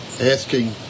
asking